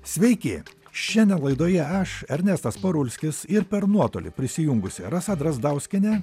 sveiki šiandien laidoje aš ernestas parulskis ir per nuotolį prisijungusi rasa drazdauskienė